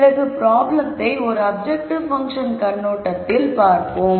பிறகு ப்ராப்ளத்தை ஒரு அப்ஜெக்டிவ் பங்க்ஷன் கண்ணோட்டத்தில் பார்ப்போம்